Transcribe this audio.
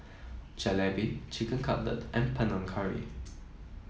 Jalebi Chicken Cutlet and Panang Curry